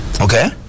Okay